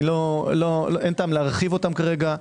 אין טעם להרחיבם כרגע.